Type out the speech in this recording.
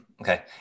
Okay